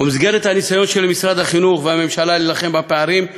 ובמסגרת הניסיון של משרד החינוך והממשלה להילחם בפערים,